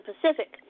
Pacific